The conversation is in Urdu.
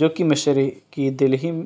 جو کہ مشرکی دہلی